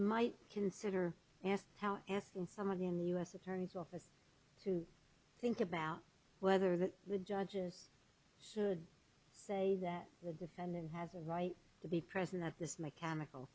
might consider ask how asking somebody in the u s attorney's office to think about whether that the judges should say that the defendant has a right to be present at this mechanical